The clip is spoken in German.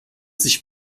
sich